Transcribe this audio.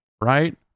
right